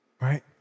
right